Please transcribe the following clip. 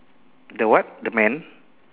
the what the man